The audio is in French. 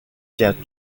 tiens